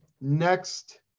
next